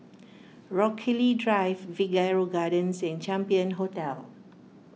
Rochalie Drive Figaro Gardens and Champion Hotel